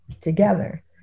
together